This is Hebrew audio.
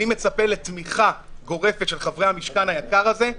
אני מצפה לתמיכה גורפת של חברי המשכן היקר הזה,